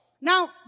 Now